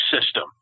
system